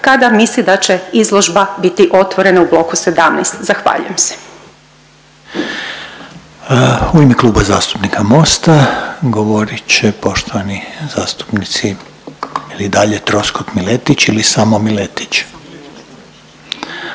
kada misli da će izložba biti otvorena u Bloku 17. Zahvaljujem se. **Reiner, Željko (HDZ)** U ime Kluba zastupnika MOST-a govorit će poštovani zastupnici jel i dalje Troskot-Miletić ili samo Miletić?